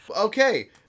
Okay